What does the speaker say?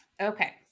Okay